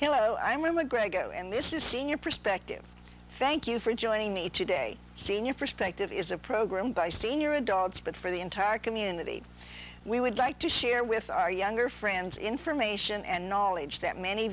hello i am a great go and this is senior perspective thank you for joining me today senior perspective is a program by senior adults but for the entire community we would like to share with our younger friends information and knowledge that many